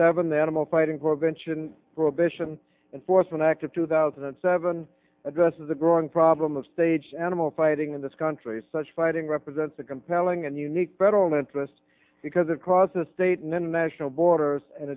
seven the animal fighting core vention prohibition enforcement act of two thousand and seven addresses a growing problem of stage animal fighting in this country such fighting represents a compelling and unique federal interest because it crosses state and then national borders and